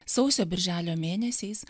sausio birželio mėnesiais